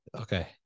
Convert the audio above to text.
Okay